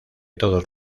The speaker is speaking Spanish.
todos